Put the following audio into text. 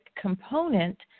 component